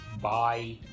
Bye